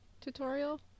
tutorial